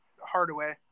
Hardaway